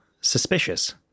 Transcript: suspicious